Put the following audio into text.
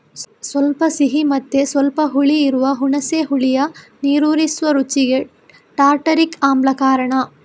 ಸ್ವಲ್ಪ ಸಿಹಿ ಮತ್ತೆ ಸ್ವಲ್ಪ ಹುಳಿ ಇರುವ ಹುಣಸೆ ಹುಳಿಯ ನೀರೂರಿಸುವ ರುಚಿಗೆ ಟಾರ್ಟಾರಿಕ್ ಆಮ್ಲ ಕಾರಣ